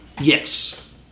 Yes